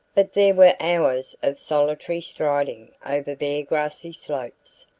but there were hours of solitary striding over bare grassy slopes,